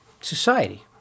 society